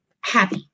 happy